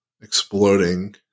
exploding